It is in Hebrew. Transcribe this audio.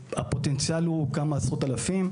הפוטנציאל הוא כמה עשרות אלפים,